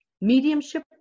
mediumship